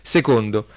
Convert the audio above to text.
Secondo